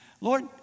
Lord